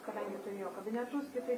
kadangi turėjo kabinetus tai tai